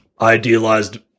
idealized